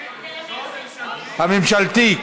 הממשלתית.